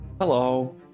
Hello